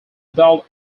bald